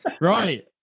right